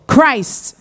Christ